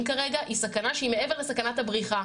כרגע היא סכנה שהיא מעבר לסכנת הבריחה.